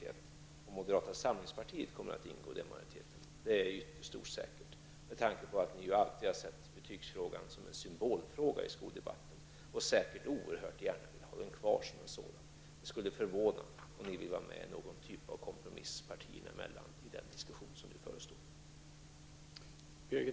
Det är ytterst osäkert om moderata samlingspartiet kommer att ingå i den majoriteten, med tanke på att ni alltid har gjort betygsfrågan till en symbolfråga i skoldebatten och säkert oerhört gärna vill ha den kvar som en sådan. Det skulle förvåna om moderata samlingspartiet vill vara med i någon kompromiss partierna emellan i den diskussion som nu förestår.